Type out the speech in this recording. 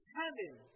heaven